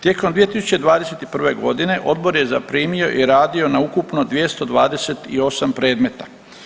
Tijekom 2021. godine odbor je zaprimio i radio na ukupno 228 predmeta.